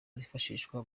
zifashishwa